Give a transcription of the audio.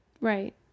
Right